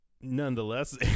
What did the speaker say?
nonetheless